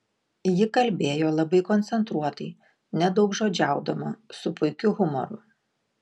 ji kalbėjo labai koncentruotai nedaugžodžiaudama su puikiu humoru